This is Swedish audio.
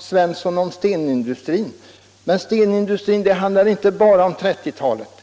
Svensson om t.ex. stenindustrin. Men stenindustrin handlar inte bara om 1930-talet.